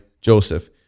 Joseph